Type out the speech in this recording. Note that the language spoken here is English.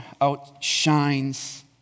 outshines